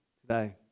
today